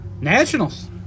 Nationals